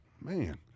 Man